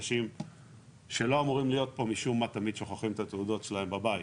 שאנשים שלא אמורים להיות פה משום מה תמיד שוכחים את התעודות שלהם בבית.